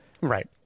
right